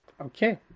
Okay